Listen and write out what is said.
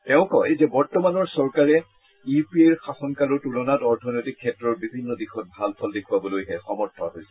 তেওঁ কয় যে বৰ্তমানৰ চৰকাৰে ইউ পি এৰ শাসনকালৰ তুলনাত অৰ্থনৈতিক ক্ষেত্ৰৰ বিভিন্ন দিশত ভাল ফল দেখুৱাবলৈ সমৰ্থ হৈছে